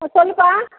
ஆ சொல்லுப்பா